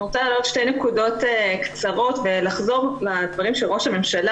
אני רוצה להעלות שתי נקודות קצרות ולחזור לדברים של ראש הממשלה,